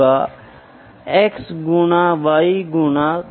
तो यह वही है जो मैं कहने की कोशिश कर रहा हूं डायरेक्ट द्रव्यमान स्केल पर है ठीक है